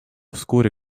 вскоре